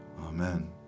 Amen